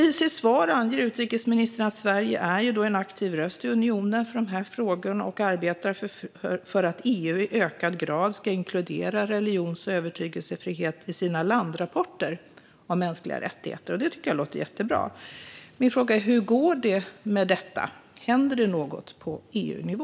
I sitt svar anger utrikesministern att Sverige är en aktiv röst i unionen för dessa frågor och arbetar för att EU i ökad grad ska inkludera religions och övertygelsefrihet i sina landrapporter om mänskliga rättigheter, vilket låter jättebra. Hur går det med detta? Händer det något på EU-nivå?